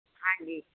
ਹਾਂਜੀ